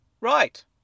Right